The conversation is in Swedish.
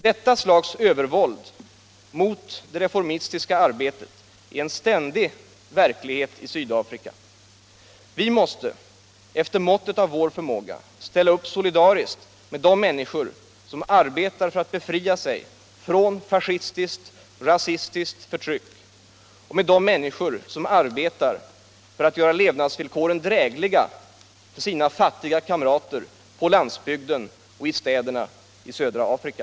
Detta slags övervåld mot det reformistiska arbetet är en ständig verklighet i Sydafrika. Vi måste efter måttet av vår förmåga ställa upp solidariskt med de människor som arbetar för att befria sig från fascistiskt, rasistiskt förtryck och med de människor som arbetar för att göra levnadsvillkoren drägliga för sina fattiga kamrater på landsbygden och i städerna i södra Afrika.